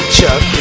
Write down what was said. Chuck